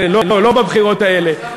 לא בבחירות האלה,